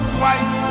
white